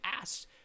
asked